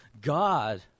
God